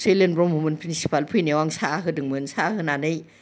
सैलेन ब्रह्ममोन प्रिनसिपाल फैनायाव आं साहा होदोंमोन साहा होनानै